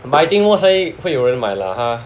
but I think not say 会有人买了 ha